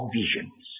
visions